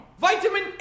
Vitamin